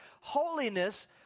holiness